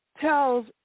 tells